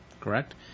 correct